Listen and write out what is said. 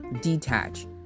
detach